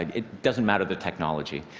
it doesn't matter the technology.